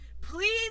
please